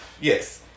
Yes